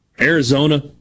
Arizona